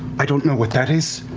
i don't know what that is,